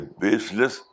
baseless